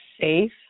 safe